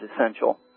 essential